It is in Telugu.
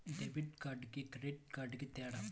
డెబిట్ కార్డుకి క్రెడిట్ కార్డుకి తేడా?